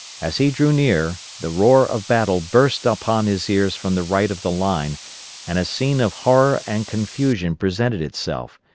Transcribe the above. as he drew near, the roar of battle burst upon his ears from the right of the line and a scene of horror and confusion presented itself,